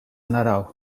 naraw